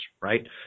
right